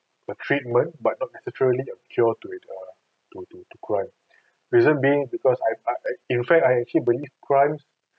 the treatment but not necessarily the cure to it uh to to to crime reason being because I I I in fact I also believe crimes